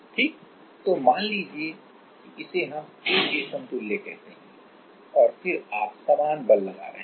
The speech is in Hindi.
ठीक तो मान लीजिए कि इसे हम K के समतुल्य कहते हैं और फिर आप समान बल लगा रहे हैं